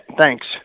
thanks